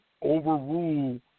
Overrule